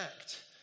act